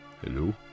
Hello